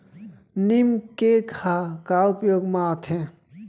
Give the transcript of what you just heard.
नीम cake ह का उपयोग मा आथे?